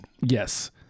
Yes